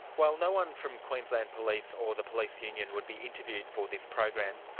while no-one from queensland police or the police union would be interviewed for this program,